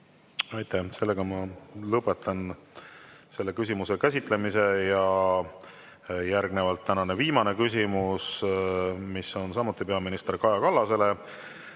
Aitäh! Ma lõpetan selle küsimuse käsitlemise. Järgnevalt tänane viimane küsimus, mis on samuti peaminister Kaja Kallasele.